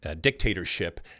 dictatorship